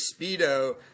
speedo